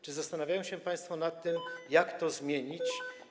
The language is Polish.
Czy zastanawiają się państwo nad tym, jak to zmienić?